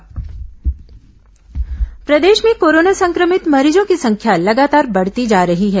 corona मरीज प्रदेश में कोरोना संक्रमित मरीजों की संख्या लगातार बढ़ती जा रही है